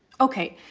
okay.